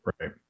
Right